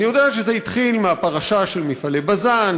אני יודע שזה התחיל מהפרשה של מפעלי בז"ן,